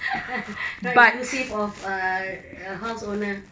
but inclusive of err house owner